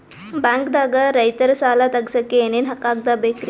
ಬ್ಯಾಂಕ್ದಾಗ ರೈತರ ಸಾಲ ತಗ್ಸಕ್ಕೆ ಏನೇನ್ ಕಾಗ್ದ ಬೇಕ್ರಿ?